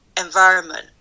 environment